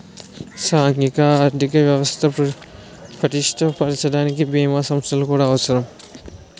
సాంఘిక ఆర్థిక వ్యవస్థ పటిష్ట పరచడానికి బీమా సంస్థలు కూడా అవసరం